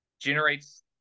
generates